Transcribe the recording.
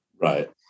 Right